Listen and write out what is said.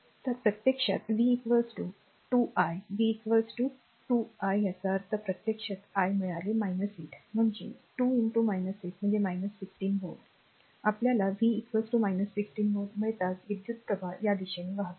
तर प्रत्यक्षात v 2 i v 2 i याचा अर्थ प्रत्यक्षात i मिळाले 8 म्हणजे 2 8 म्हणजे 16 व्होल्ट आपल्याला v 16 व्होल्ट मिळताच विद्युत प्रवाह या दिशेने वाहतो